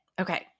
Okay